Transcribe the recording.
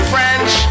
French